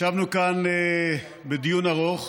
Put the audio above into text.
ישבנו כאן בדיון ארוך